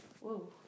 Whoa